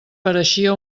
pareixia